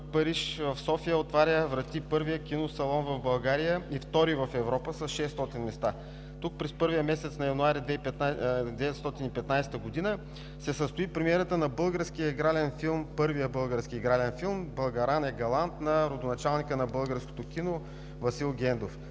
Париж, в София отваря врати първият киносалон в България и втори в Европа с 600 места. Тук през месец януари 1915 г. се е състояла премиерата на първия български игрален филм – „Българан е галант“, от родоначалника на българското кино Васил Гендов.